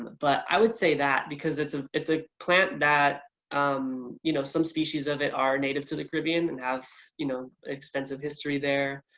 but i would say that because it's a it's a plant that um you know some species of it are native to the caribbean and have you know extensive history there.